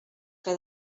que